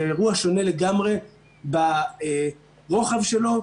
זה אירוע שונה לגמרי ברוחב שלו.